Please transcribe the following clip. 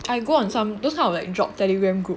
I go on some those kind of like job Telegram group